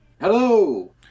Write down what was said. Hello